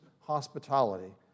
hospitality